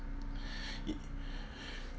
err